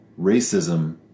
racism